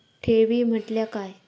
ठेवी म्हटल्या काय?